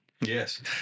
Yes